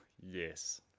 yes